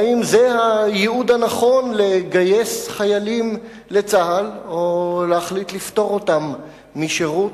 האם זה הייעוד הנכון לגיוס חיילים לצה"ל או להחלטה לפטור אותם משירות?